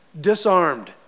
disarmed